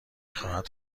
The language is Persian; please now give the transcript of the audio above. خواهد